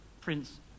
Prince